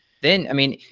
then, i mean,